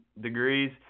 degrees